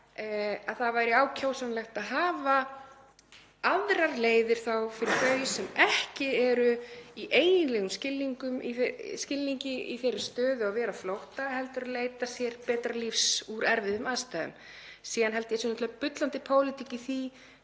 að það væri ákjósanlegt að hafa aðrar leiðir fyrir þau sem ekki eru í eiginlegum skilningi í þeirri stöðu að vera á flótta heldur leiti sér betra lífs úr erfiðum aðstæðum. Síðan held ég að það sé bullandi pólitík í því